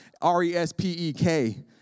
R-E-S-P-E-K